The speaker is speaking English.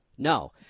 No